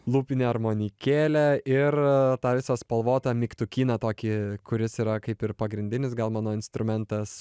lūpinę armonikėlę ir tą visą spalvotą mygtukyną tokį kuris yra kaip ir pagrindinis gal mano instrumentas